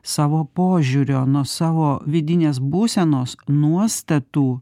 savo požiūrio nuo savo vidinės būsenos nuostatų